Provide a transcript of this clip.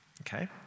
Okay